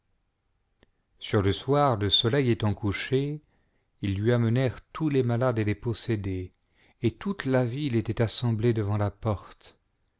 sur le soir le soleil étant couché ils lui amenèrent tous les malades et les posséder et toute la ville était assemblée devant la porte